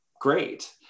great